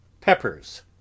peppers